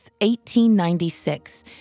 1896